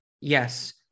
yes